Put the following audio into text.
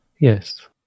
Yes